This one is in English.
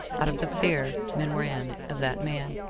out of the fear men were in of that man